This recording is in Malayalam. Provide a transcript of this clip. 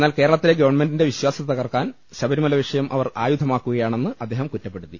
എന്നാൽ കേരളത്തിലെ ഗവൺമെന്റിന്റെ വിശ്വാസ്യത തകർക്കാൻ ശബ്രിമല വിഷയം അവർ ആയുധമാ ക്കുകയാണെന്ന് അദ്ദേഹം കുറ്റപ്പെടുത്തി